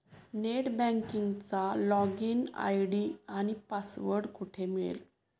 Net बँकिंगचा login ID आणि password कुठे मिळेल?